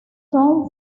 son